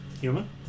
human